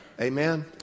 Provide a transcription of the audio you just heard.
Amen